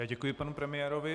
Děkuji panu premiérovi.